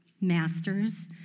Masters